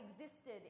existed